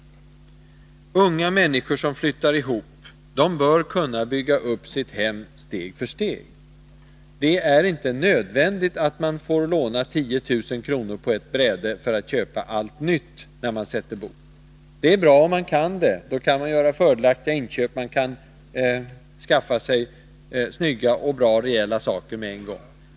Unga människor som flyttar ihop bör kunna bygga upp sitt hem steg för steg. Det är inte nödvändigt att man får 10 000 kr. på ett bräde för att köpa allt nytt när man sätter bo. Det är bra om man kan det — då kan man göra fördelaktiga inköp, man kan skaffa sig snygga och bra och rejäla saker med en gång.